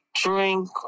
drink